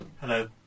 Hello